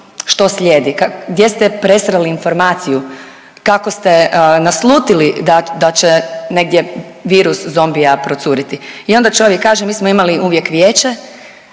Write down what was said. što slijedi, gdje ste presreli informaciju, kako ste naslutili da će negdje virus zombija procuriti. I onda čovjek kaže mi smo imali uvijek vijeće